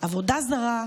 עבודה זרה,